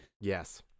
Yes